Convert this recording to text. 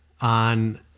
on